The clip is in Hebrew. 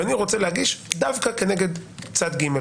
ואני רוצה להגיש דווקא נגד צד ג'.